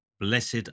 Blessed